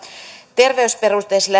terveysperusteisella